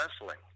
wrestling